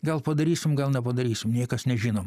gal padarysim gal nepadarysim niekas nežinom